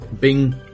Bing